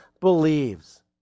believes